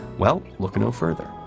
well, look no further.